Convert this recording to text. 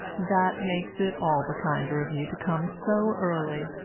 that makes it all the kinder of you to come so early.